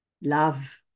love